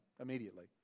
immediately